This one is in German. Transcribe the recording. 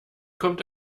kommt